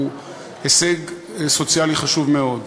הוא הישג סוציאלי חשוב מאוד.